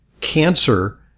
cancer